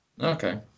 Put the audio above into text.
Okay